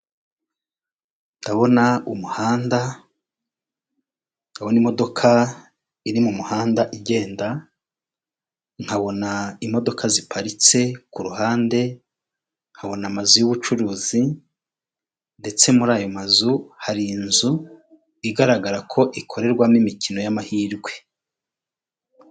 Ndabona umuhanda, nkabona imodoka iri mu muhanda igenda, nkabona imodoka ziparitse ku ruhande, nkabona amazu y'ubucuruzi ndetse muri ayo mazu hari inzu igaragara ko ikorerwamo imikino y'amahirwe.